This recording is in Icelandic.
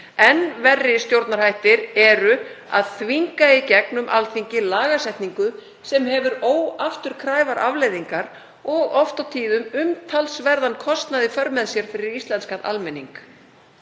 Enn verri stjórnarhættir eru það að þvinga í gegnum Alþingi lagasetningu sem hefur óafturkræfar afleiðingar og oft og tíðum umtalsverðan kostnað í för með sér fyrir íslenskan almenning.